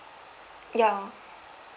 ya